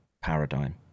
paradigm